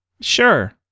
Sure